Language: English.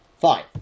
Fine